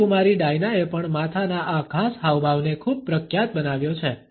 રાજકુમારી ડાયનાએ પણ માથાના આ ખાસ હાવભાવને ખૂબ પ્રખ્યાત બનાવ્યો છે